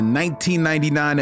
1999